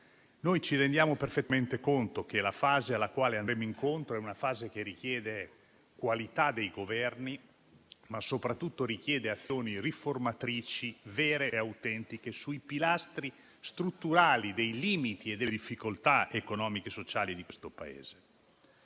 ci rendiamo perfettamente conto che la fase alla quale andremo incontro richiede qualità dei Governi, ma soprattutto azioni riformatrici vere e autentiche sui pilastri strutturali dei limiti e delle difficoltà economiche e sociali di questo Paese.